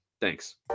Thanks